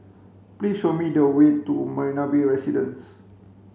please show me the way to Marina Bay Residences